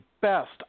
best